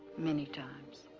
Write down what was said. many times.